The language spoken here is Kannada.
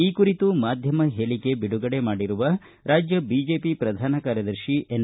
ಈ ಕುರಿತು ಮಾಧ್ಯಮ ಹೇಳಿಕೆ ಬಿಡುಗಡೆ ಮಾಡಿರುವ ರಾಜ್ಯ ಬಿಜೆಪಿ ಪ್ರಧಾನ ಕಾರ್ಯದರ್ಶಿ ಎನ್